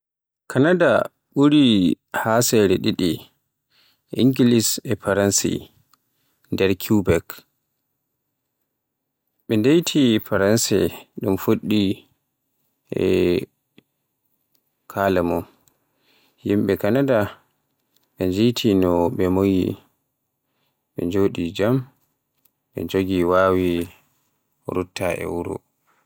Canada ɓuri haasere ɗiɗi, Engeleesi e Faransi. Nder Quebec, ɓe ndiytii faranseere ɗum fuɗɗi e aada mum. Yimɓe Canada ɓe njiytii no ɓe moƴƴi, ɓe njogii jam, ɓe njogii waawi rutta e wuro.